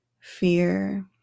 fear